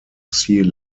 sea